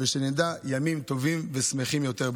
ושנדע ימים טובים ושמחים יותר,